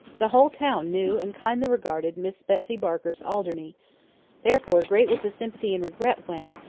the whole town knew and kindly regarded miss betsy barker's alderney therefore great was the sympathy and regret when,